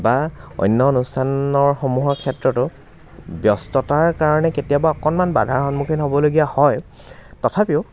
বা অন্য অনুষ্ঠানৰসমূহৰ ক্ষেত্ৰটো ব্যস্ততাৰ কাৰণে কেতিয়াবা অকণমান বাধাৰ সন্মুখীন হ'বলগীয়া হয় তথাপিও